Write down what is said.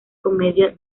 comedia